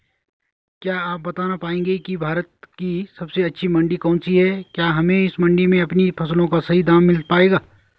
क्या आप बताना पाएंगे कि भारत की सबसे अच्छी मंडी कौन सी है क्या हमें इस मंडी में अपनी फसलों का सही दाम मिल पायेगा?